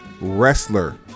wrestler